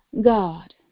God